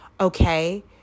okay